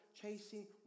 chasing